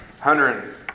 Hunter